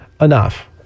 enough